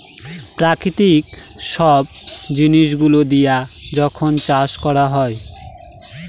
প্রাকৃতিক সব জিনিস গুলো দিয়া যখন চাষ করা হয়